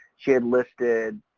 she had listed,